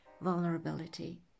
vulnerability